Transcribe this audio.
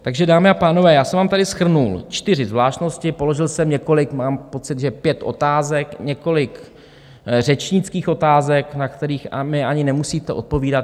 Takže dámy a pánové, já jsem vám tady shrnul čtyři zvláštnosti, položil jsem několik, mám pocit, že pět, otázek, několik řečnických otázek, na které mi ani nemusíte odpovídat.